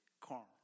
corn